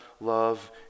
love